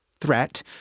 threat